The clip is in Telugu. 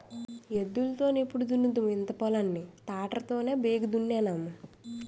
ఎద్దులు తో నెప్పుడు దున్నుదుము ఇంత పొలం ని తాటరి తోనే బేగి దున్నేన్నాము